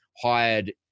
hired